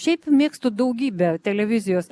šiaip mėgstu daugybę televizijos